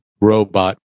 robot